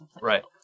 Right